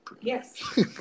Yes